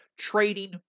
Trading